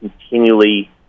continually